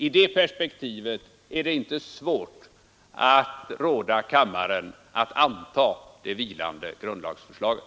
I det perspektivet är det inte svårt att råda kammaren att anta det vilande grundlagsförslaget.